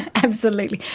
absolutely.